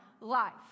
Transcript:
life